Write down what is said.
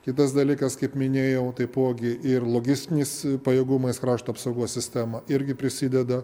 kitas dalykas kaip minėjau taipogi ir logistiniais pajėgumais krašto apsaugos sistema irgi prisideda